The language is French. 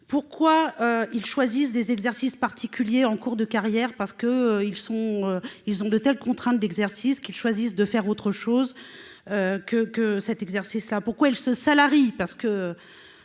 pourquoi ils choisissent des exercices particuliers en cours de carrière parce que ils sont, ils ont de telles contraintes d'exercice qu'ils choisissent de faire autre chose que que cet exercice là pourquoi elle se salarie